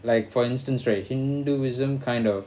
like for instance right hindu wisdom kind of